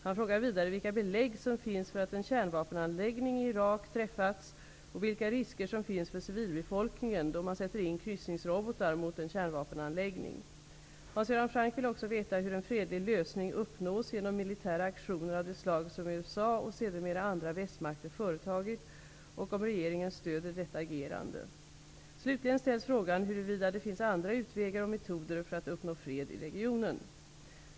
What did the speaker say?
Han frågar vidare vilka belägg som finns för att en kärnvapenanläggning i Irak träffats och vilka risker som finns för civilbefolkningen då man sätter in kryssningsrobotar mot en kärnvapenanläggning. Hans Göran Franck vill också veta hur en fredlig lösning kan uppnås genom militära aktioner av det slag som USA och sedermera andra västmakter företagit och om regeringen stöder detta agerande. Slutligen ställs frågan huruvida det finns andra utvägar och metoder för att uppnå fred i regionen.